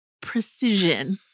precision